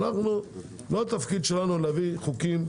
לא התפקיד שלנו להביא חוקים.